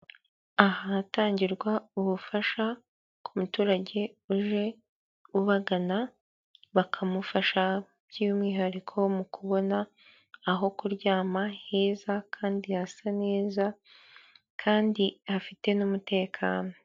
Ahatangirwa ubufasha ku muturage uje ubagana, bakamufasha by'umwihariko mu kubona aho kuryama heza kandi hasa neza kandi afite n'umutekano.